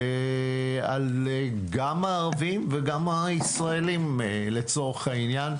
גם הערבים וגם הישראלים לצורך העניין,